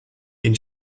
ihn